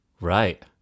right